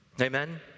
Amen